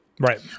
Right